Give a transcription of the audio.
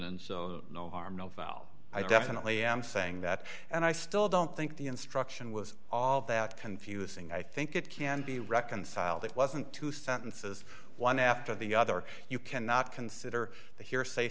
and so no harm no foul i definitely am saying that and i still don't think the instruction was all that confusing i think it can be reconciled it wasn't two sentences one after the other you cannot consider the hearsay